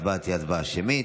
ההצבעה תהיה הצבעה שמית.